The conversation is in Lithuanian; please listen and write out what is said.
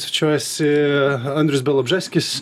svečiuojasi andrius bialobžeskis